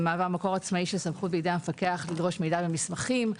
--- מקור עצמאי של סמכות בידי במפקח לדרוש מידע ומסמכים.